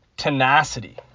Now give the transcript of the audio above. tenacity